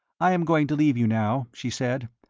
i am going to leave you now, she said.